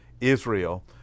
Israel